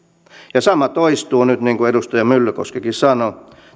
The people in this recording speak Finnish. sama toistuu nyt niin kuin edustaja myllykoskikin sanoi